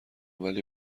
ولی